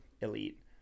elite